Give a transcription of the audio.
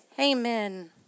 Amen